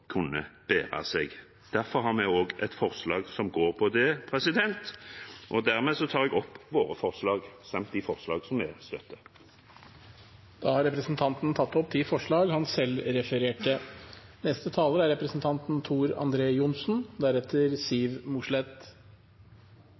kunne fått et forslag som kunne bære seg. Derfor har vi også et forslag som går på det, og dermed tar jeg opp forslagene fra Arbeiderpartiet, Senterpartiet og SV. Da har representanten Øystein Langholm Hansen tatt opp de forslagene han refererte